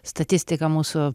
statistika mūsų